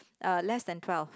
uh less than twelve